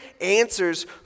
answers